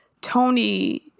Tony